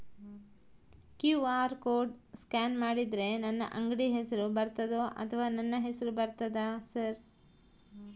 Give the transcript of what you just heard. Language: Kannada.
ಕ್ಯೂ.ಆರ್ ಕೋಡ್ ಸ್ಕ್ಯಾನ್ ಮಾಡಿದರೆ ನನ್ನ ಅಂಗಡಿ ಹೆಸರು ಬರ್ತದೋ ಅಥವಾ ನನ್ನ ಹೆಸರು ಬರ್ತದ ಸರ್?